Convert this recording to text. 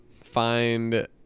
find